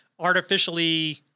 artificially